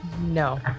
No